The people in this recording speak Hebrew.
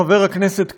חבר הכנסת קיש,